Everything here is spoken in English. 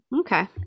okay